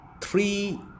three